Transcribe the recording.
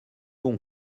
bon